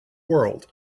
world